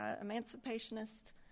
emancipationist